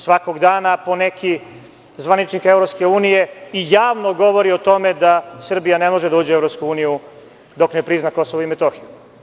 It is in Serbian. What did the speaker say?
Svakog dana po neki zvaničnik EU i javno govori o tome da Srbija ne može da uđe u EU dok ne prizna Kosovo i Metohiju.